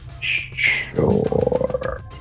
Sure